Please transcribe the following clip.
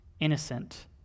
innocent